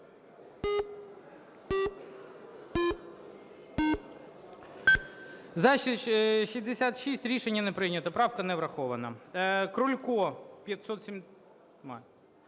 За-66 Рішення не прийнято. Правка не врахована.